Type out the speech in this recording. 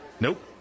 Nope